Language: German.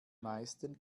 meisten